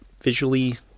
visually